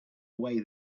away